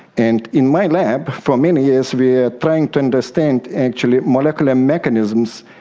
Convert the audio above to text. and in my lab for many years we are trying to understand actually molecular mechanisms,